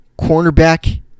cornerback